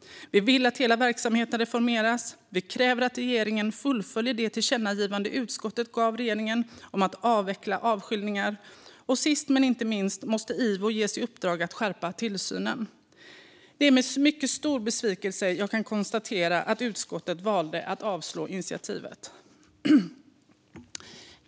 Vi vill att hela verksamheten reformeras, vi kräver att regeringen fullföljer det tillkännagivande utskottet gav regeringen om att avveckla avskiljningar och sist men inte minst måste Ivo ges i uppdrag att skärpa tillsynen. Det är med stor besvikelse jag kan konstatera att utskottet valde att avslå vårt initiativ.